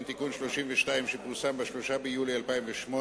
(תיקון מס' 32) שפורסם ב-3 ביולי 2008,